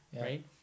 right